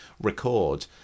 record